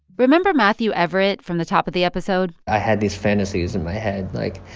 remember matthew everett from the top of the episode? i had these fantasies in my head. like,